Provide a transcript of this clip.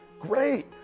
Great